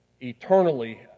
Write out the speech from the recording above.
eternally